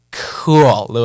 Cool